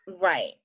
Right